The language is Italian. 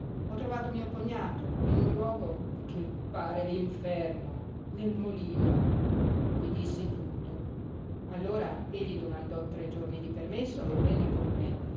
ho trovato mio cognato in un luogo che pare l'inferno nel molino gli dissi tutto allora egli domandò tre giorni di permesso e venne con me